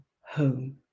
home